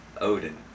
Odin